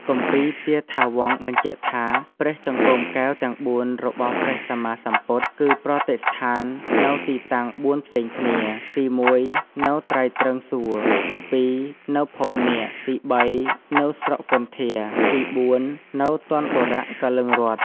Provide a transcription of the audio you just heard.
គម្ពីទាថាវង្សបញ្ជាក់ថា ព្រះចង្កូមកែវទាំង ៤ របស់ព្រះសម្មាសម្ពុទ្ធ គឺប្រតិស្ថាននៅទីទាំង ៤ ផ្សេងគ្នា ទី១នៅត្រៃត្រឹង្សសួគ៌ ទី២ នៅភពនាគ ទី៣ នៅស្រុកគន្ធា ទី៤ នៅទន្ដបុរៈកលិង្គរដ្ឋ។